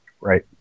Right